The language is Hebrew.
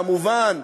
כמובן,